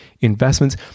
investments